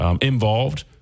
involved